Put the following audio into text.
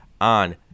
on